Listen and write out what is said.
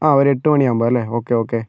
ആ ഒരെട്ടുമണിയാകുമ്പോൾ അല്ലെ ഓക്കെ ഓക്കെ